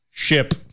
Ship